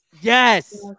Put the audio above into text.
Yes